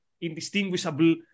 indistinguishable